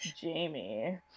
Jamie